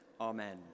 Amen